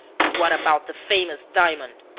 but what about the famous diamond?